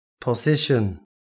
position